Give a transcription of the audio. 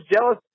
jealous